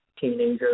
teenager